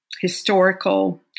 historical